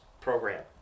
program